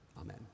Amen